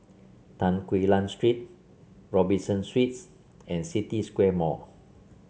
Tan Quee Lan Street Robinson Suites and City Square Mall